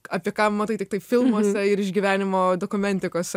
apie ką matai tiktai filmuose ir išgyvenimo dokumentikose